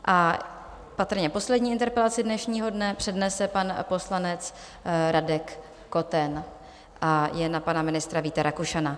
A patrně poslední interpelaci dnešního dne přednese pan poslanec Radek Koten a je na pana ministra Víta Rakušana.